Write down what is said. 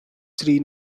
three